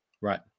Right